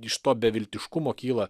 iš to beviltiškumo kyla